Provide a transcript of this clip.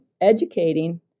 educating